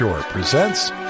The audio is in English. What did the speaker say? presents